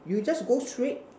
you just go straight